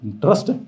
trust